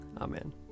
Amen